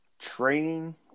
training